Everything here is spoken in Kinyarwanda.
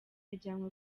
yajyanywe